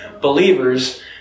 believers